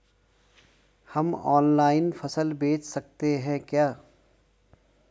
हम ऑनलाइन फसल बेच सकते हैं क्या?